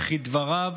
וכדבריו